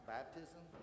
baptism